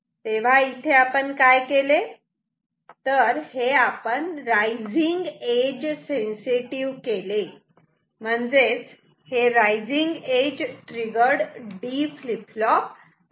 तेव्हा इथे आपण काय केले तर हे आपण रायझिंग एज सेन्सिटिव्ह केले म्हणजेच हे rising edge triggered D flip flop आहे